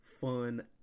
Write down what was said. fun